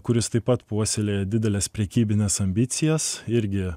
kuris taip pat puoselėjo dideles prekybines ambicijas irgi